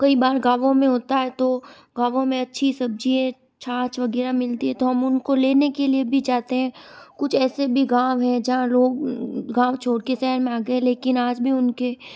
कई बार गाँवों में होता है तो गाँवों में अच्छी सब्जी है छाछ वगैरह मिलती है तो हम उनको लेने के लिए भी जाते हैं कुछ ऐसे भी गाँव है जहाँ लोग गाँव छोड़कर शहर में आ गए लेकिन आज भी उनके